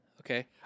Okay